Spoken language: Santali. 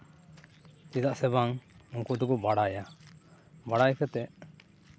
ᱪᱮᱫᱟᱜ ᱥᱮ ᱵᱟᱝ ᱩᱱᱠᱩ ᱫᱚᱠᱚ ᱵᱟᱲᱟᱭᱟ ᱵᱟᱲᱟᱭ ᱠᱟᱛᱮ